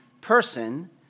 person